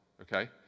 Okay